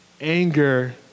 anger